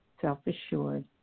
self-assured